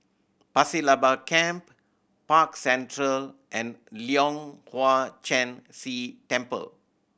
Pasir Laba Camp Park Central and Leong Hwa Chan Si Temple